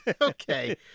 Okay